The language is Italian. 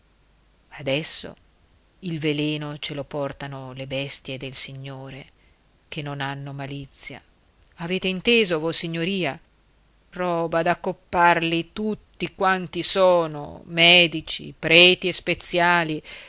adesso il veleno ce lo portano le bestie del signore che non hanno malizia avete inteso vossignoria roba da accopparli tutti quanti sono medici preti e speziali